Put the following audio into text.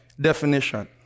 definition